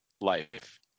life